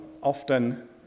often